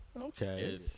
Okay